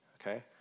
okay